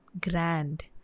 grand